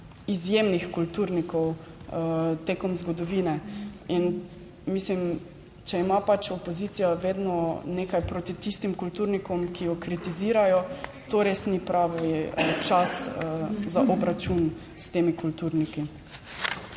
izjemnih kulturnikov tekom zgodovine in mislim, če ima pač opozicija vedno nekaj proti tistim kulturnikom, ki jo kritizirajo, to res ni pravi čas za obračun s temi kulturniki.